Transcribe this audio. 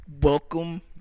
welcome